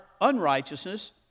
unrighteousness